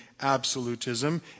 absolutism